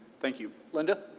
thank you. linda?